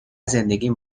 زندگیم